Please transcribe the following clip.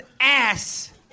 ass